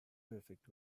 perfect